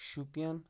Shopian